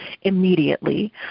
immediately